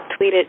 tweeted